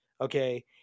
Okay